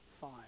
five